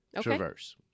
Traverse